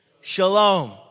shalom